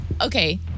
okay